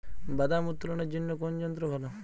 বাদাম উত্তোলনের জন্য কোন যন্ত্র ভালো?